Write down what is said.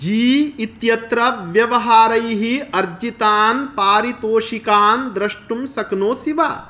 ज़ी इत्यत्र व्यवहारैः अर्जितान् पारितोषिकान् द्रष्टुं शक्नोसि वा